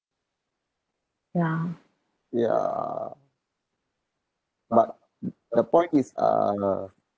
ya ya but the point is uh